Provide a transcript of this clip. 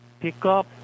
Pickup